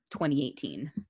2018